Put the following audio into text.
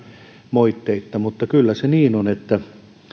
moitteitta mutta kyllä se niin on että